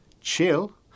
chill